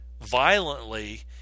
violently